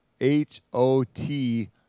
H-O-T